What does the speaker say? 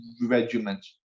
Regiment